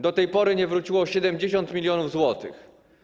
Do tej pory nie wróciło 70 mln zł.